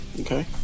Okay